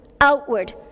outward